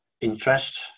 interest